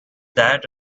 that